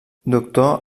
doctor